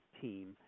team